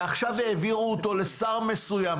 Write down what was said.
ועכשיו העבירו את זה לשר מסוים.